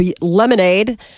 Lemonade